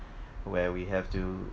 where we have to